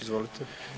Izvolite.